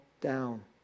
down